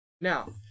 Now